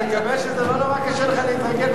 אני מקווה שזה לא נורא קשה לך להתרגל,